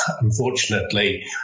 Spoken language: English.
unfortunately